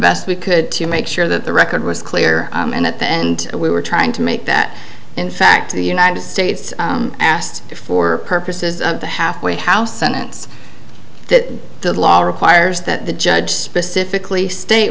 best we could to make sure that the record was clear and at the end we were trying to make that in fact the united states asked for purposes of the halfway house senates that the law requires that the judge specifically state